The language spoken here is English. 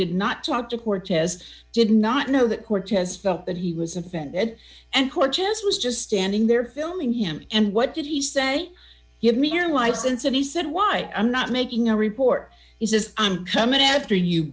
did not talk to cortez did not know that cortez felt that he was offended and cortez was just standing there filming him and what did he say give me your license and he said why i'm not making a report he says i'm coming after you